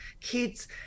kids